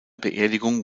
beerdigung